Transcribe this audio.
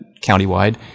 countywide